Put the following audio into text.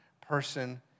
person